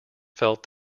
felt